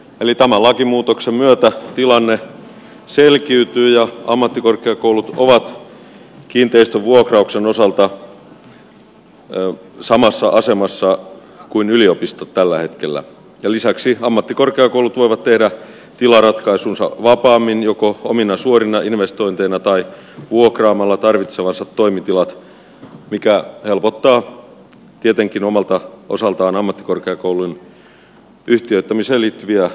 eli tämän lakimuutoksen myötä tilanne selkiytyy ja ammattikorkeakoulut ovat kiinteistön vuokrauksen osalta samassa asemassa kuin yliopistot tällä hetkellä ja lisäksi ammattikorkeakoulut voivat tehdä tilaratkaisunsa vapaammin joko omina suorina investointeina tai vuokraamalla tarvitsemansa toimitilat mikä helpottaa tietenkin omalta osaltaan ammattikorkeakoulun yhtiöittämiseen liittyviä